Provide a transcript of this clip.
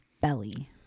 belly